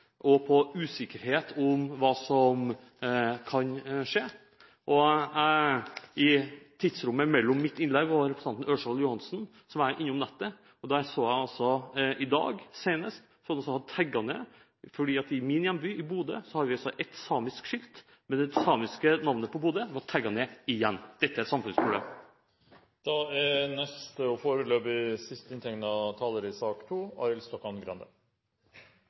og på usikkerhet om hva som kan skje. I tidsrommet mellom mitt innlegg og Ørsal Johansens var jeg innom nettet. Der så jeg at det så sent som i dag – i min hjemby Bodø – var noen som igjen hadde tagget ned det ene skiltet med det samiske navnet på Bodø.